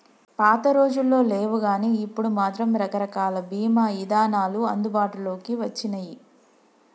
పాతరోజుల్లో లేవుగానీ ఇప్పుడు మాత్రం రకరకాల బీమా ఇదానాలు అందుబాటులోకి వచ్చినియ్యి